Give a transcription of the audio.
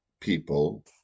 people